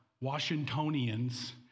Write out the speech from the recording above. Washingtonians